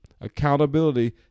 Accountability